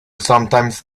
sometimes